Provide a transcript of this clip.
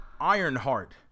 Ironheart